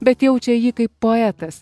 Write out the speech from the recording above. bet jaučia jį kaip poetas